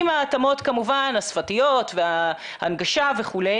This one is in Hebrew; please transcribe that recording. עם ההתאמות כמובן השפתיות וההנגשה וכו'.